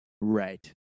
Right